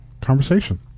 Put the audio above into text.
conversation